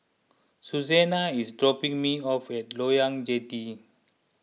Susanna is dropping me off at Loyang Jetty